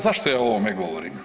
Zašto ja o ovome govorim?